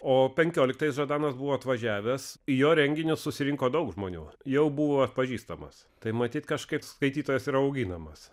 o penkioliktais žadanas buvo atvažiavęs į jo renginį susirinko daug žmonių jau buvo pažįstamas tai matyt kažkaip skaitytojas yra auginamas